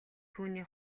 түүний